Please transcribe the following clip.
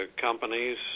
companies